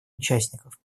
участников